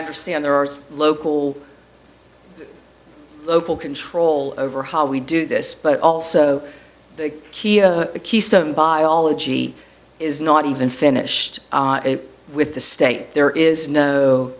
understand there are local local control over how we do this but also the key keystone biology is not even finished with the state there is no